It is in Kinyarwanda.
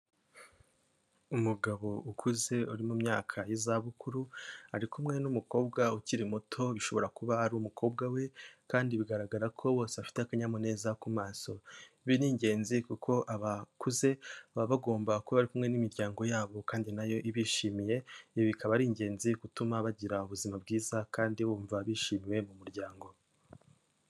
Umugabo ukuze uri mu myaka y'iza bukuru ari kumwe n'umukobwa ukiri muto bishobora kuba ari umukobwa we kandi bigaragara ko bose bafite akanyamuneza ku maso. Ibi ni ingenzi kuko abakuze baba bagomba kuba bari kumwe n'imiryango yabo kandi nayo ibishimiye, ibi bikaba ari ingenzi gutuma bagira ubuzima bwiza kandi bumva bishimye mu muryango.